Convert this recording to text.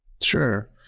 Sure